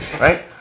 right